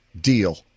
Deal